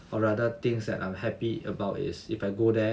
or rather things that I'm happy about is if I go there